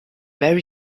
very